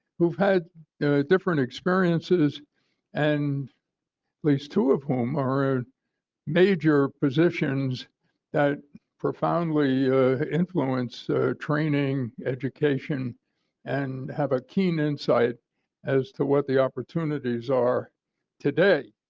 who have had different experiences and at least two of whom are major possessions that profoundly influence training, education and have a keen insight as to what the opportunities are today.